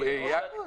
מאה אחוז.